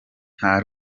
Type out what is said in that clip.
nta